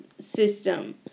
system